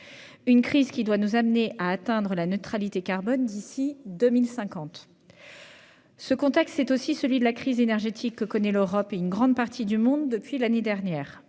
une crise qui doit nous conduire à atteindre la neutralité carbone d'ici à 2050. Ce contexte, c'est ensuite celui de la crise énergétique que connaissent l'Europe et une grande partie du monde depuis l'année dernière.